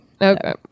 Okay